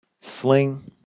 sling